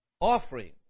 offering